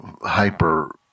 hyper